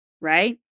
right